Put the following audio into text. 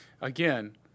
Again